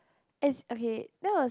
is okay that was